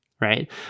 Right